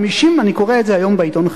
אני קורא את זה היום בעיתון,